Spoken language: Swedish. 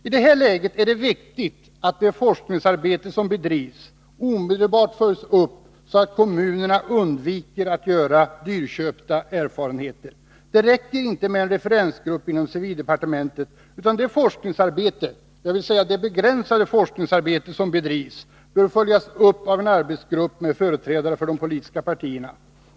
I detta läge är det viktigt att det forskningsarbete som bedrivs omedelbart följs upp så att kommunerna undviker att göra dyrköpta erfarenheter. Det räcker inte med en referensgrupp inom civildepartementet, utan det begränsade forskningsarbete som bedrivs bör följas upp av en arbetsgrupp med företrädare för de politiska partierna.